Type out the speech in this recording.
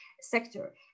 sector